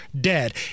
dead